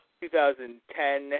2010